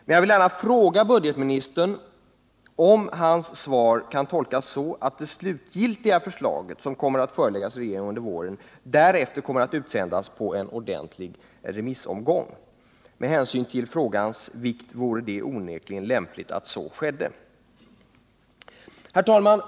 Men jag vill gärna fråga budgetministern om hans svar kan tolkas så att det slutgiltiga förslaget, som kommer att föreläggas regeringen under våren, därefter kommer att utsändas på en ordentlig remissomgång. Med hänsyn till frågans vikt vore det onekligen lämpligt att så skedde. Herr talman!